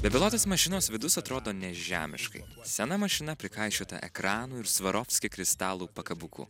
bepilotės mašinos vidus atrodo nežemiškai sena mašina prikaišiota ekranų ir svarovski kristalų pakabukų